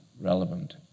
relevant